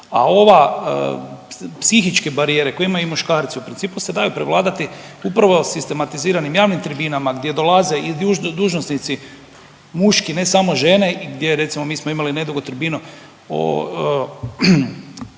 A ova, psihičke barijere koje imaju i muškarci u principu se daju prevladati upravo sistematiziranim javnim tribinama gdje dolaze i dužnosnici muški, ne samo žene i gdje recimo mi smo imali nedugo tribinu o,